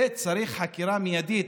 זה מצריך חקירה מיידית,